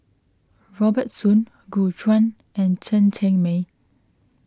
Robert Soon Gu Juan and Chen Cheng Mei